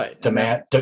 demand